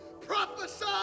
prophesy